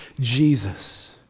Jesus